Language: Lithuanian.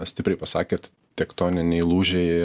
stipriai pasakėt tektoniniai lūžiai